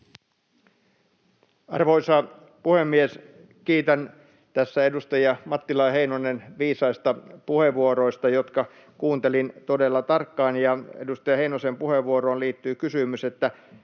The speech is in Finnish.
Arvoisa puhemies! Kiitän tässä edustajia Mattila ja Heinonen viisaista puheenvuoroista, jotka kuuntelin todella tarkkaan. Edustaja Heinosen puheenvuoroon liittyy kysymys, että